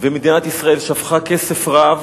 ומדינת ישראל שפכה כסף רב